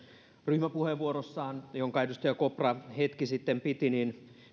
ryhmäpuheenvuorossaan jonka edustaja kopra hetki sitten piti